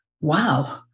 wow